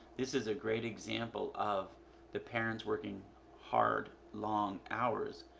this is a great example of the parents working hard long hours,